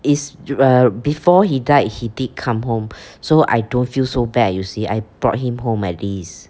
is uh before he died he did come home so I don't feel so bad you see I brought him home at least